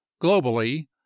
Globally